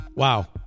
Wow